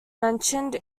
mentioned